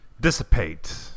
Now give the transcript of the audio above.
dissipate